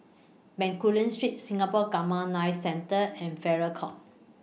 Bencoolen Street Singapore Gamma Knife Centre and Farrer Court